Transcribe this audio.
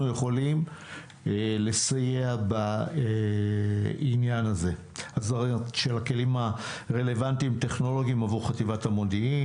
יכולים לסייע בעניין הכלים הטכנולוגיים הרלוונטיים עבור חטיבת המודיעין.